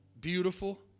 beautiful